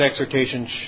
exhortation